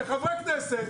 כחברי כנסת,